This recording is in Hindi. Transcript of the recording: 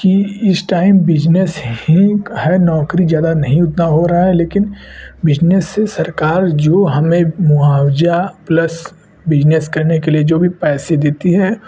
जो कि इस टाइम बिजनेस ही है नौकरी ज़्यादा नहीं उतना हो रहा है लेकिन बिजनेस से जो सरकार हमें मुआवजे प्लस बिजनेस करने के लिए जो भी पैसे देती है